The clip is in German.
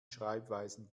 schreibweisen